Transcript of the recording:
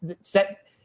set